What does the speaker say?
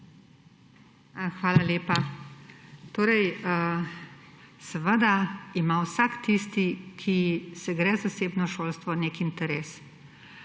Hvala lepa. Seveda ima vsak, ki se gre zasebno šolstvo, nek interes.